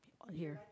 ya